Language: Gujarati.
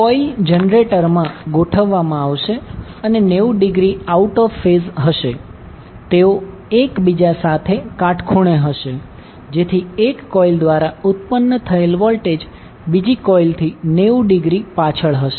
કોઇલ જનરેટરમાં ગોઠવવામાં આવશે અને 90 ડિગ્રી આઉટ ઓફ ફેઝ હશે તેઓ એકબીજા સાથે કાટખૂણે હશે જેથી 1 કોઇલ દ્વારા ઉત્પન્ન થયેલ વોલ્ટેજ બીજી કોઇલથી 90 ડિગ્રી પાછળ હશે